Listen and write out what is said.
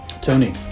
Tony